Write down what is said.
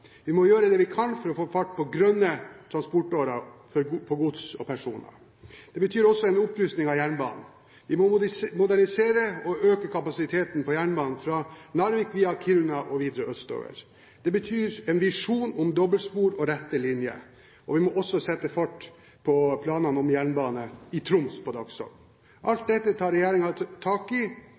Vi må gjøre det vi kan for å få fart på grønne transportårer for gods og personer. Det betyr også en opprusting av jernbanen. Vi må modernisere og øke kapasiteten på jernbanen fra Narvik via Kiruna og videre østover. Det betyr en visjon om dobbeltspor og rettere linjer. Vi må også sette fart på planene om jernbane i Troms på dagsordenen. Alt dette tar regjeringen tak i,